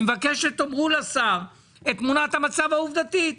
אני מבקש שתאמר לשר את תמונת המצב העובדתית.